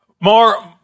more